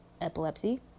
epilepsy